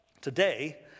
today